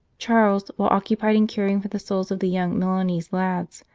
charles, while occupied in caring for the souls of the young milanese lads,